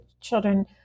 children